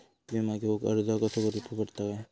विमा घेउक अर्ज करुचो पडता काय?